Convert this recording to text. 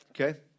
Okay